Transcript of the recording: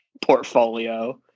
Portfolio